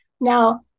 Now